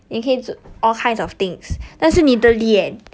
你可以做 all kinds of things 但是你的脸